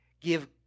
Give